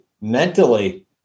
mentally